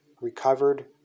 recovered